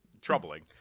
troubling